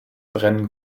brennen